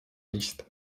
nicht